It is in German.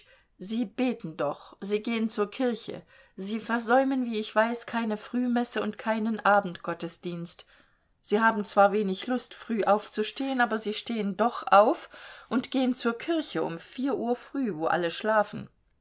sie beten doch sie gehen zur kirche sie versäumen wie ich weiß keine frühmesse und keinen abendgottesdienst sie haben zwar wenig lust früh aufzustehen aber sie stehen doch auf und gehen zur kirche um vier uhr früh wo alle schlafen